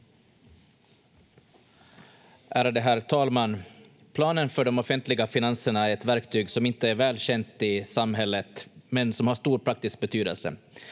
Ärade herr talman! Planen för de offentliga finanserna är ett verktyg som inte är välkänt i samhället men som har stor praktisk betydelse.